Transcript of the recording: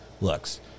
looks